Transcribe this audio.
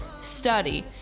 study